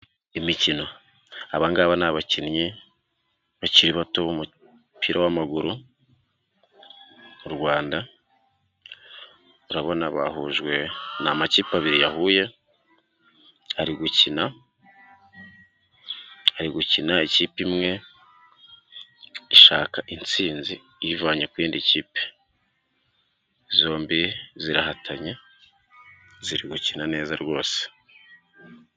Imikino aba ngaba ni abakinnyi bakiri bato b'umupira w'amaguru mu Rwanda, urabona bahujwe ni amakipe abiri yahuye, ari gukina ikipe imwe ishaka insinzi iyivanye ku yindi kipe, zombi zirahatanye ziri gukina neza rwose.